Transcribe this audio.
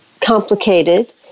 complicated